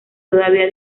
todavía